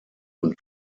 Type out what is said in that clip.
und